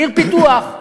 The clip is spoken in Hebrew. בעיר פיתוח,